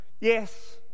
Yes